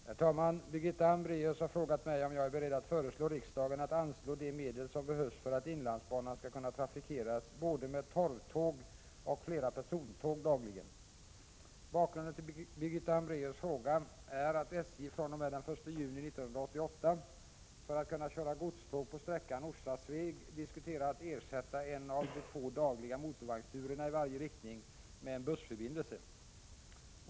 Herr talman! Birgitta Hambraeus har frågat mig om jag är beredd att föreslå rikdagen att anslå de medel som behövs för att inlandsbanan skall kunna trafikeras både med torvtåg och flera persontåg dagligen. Bakgrunden till Birgitta Hambraeus fråga är att SJ fr.o.m. den 1 juni 1988 för att kunna köra godståg på sträckan Orsa-Sveg diskuterar att ersätta en av de två dagliga motorvagnsturerna i varje riktning med bussförbindelse.